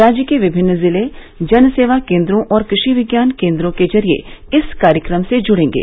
राज्य के विभिन्न जिले जन सेवा केन्द्रों और कृषि विज्ञान केन्द्रों के जरिए इस कार्यक्रम से जुड़ेंगे